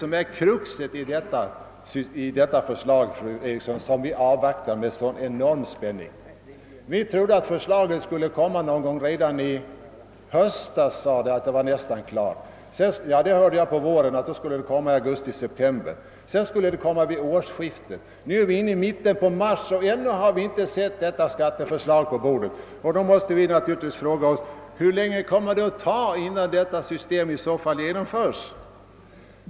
Det är väl just det som är kruxet i de förslag som vi avvaktar med sådan spänning. Vi trodde — detta sades förra våren — att förslaget skulle komma någon gång i höstas, i augusti—september. Sedan skulle det komma vid årsskiftet. Nu är vi i mitten av mars och ännu har vi inte sett detta skatteförslag på bordet. Då måste vi naturligtvis fråga oss: Hur lång tid kommer det att ta innan detta nya system eventuellt kommer att genomföras?